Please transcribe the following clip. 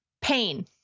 Pain